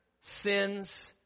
sins